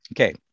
Okay